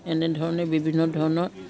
এনেধৰণে বিভিন্ন ধৰণৰ